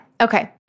Okay